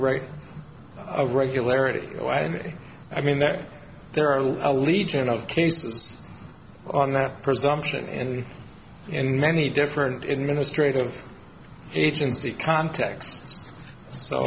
rate of regularity the way i mean that there are a legion of cases on that presumption and in many different in ministry of agency contacts so